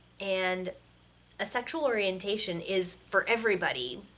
and a sexual orientation is, for everybody,